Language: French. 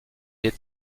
est